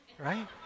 right